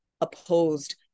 opposed